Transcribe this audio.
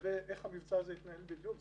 לגבי איך המבצע הזה יתנהל בדיוק.